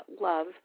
love